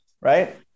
right